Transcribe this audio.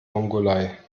mongolei